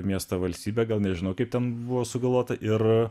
miestą valstybę gal nežino kaip ten buvo sugalvota ir